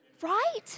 Right